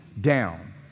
down